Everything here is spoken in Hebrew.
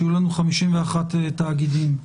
שיהיו לנו 51 דוחות של תאגידים.